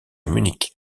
munich